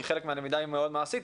כי חלק מהלמידה היא מאוד מעשית,